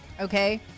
Okay